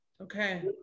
Okay